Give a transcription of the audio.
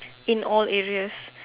in all areas